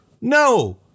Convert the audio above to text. no